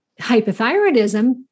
hypothyroidism